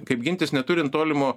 kaip gintis neturint tolimo